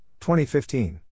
2015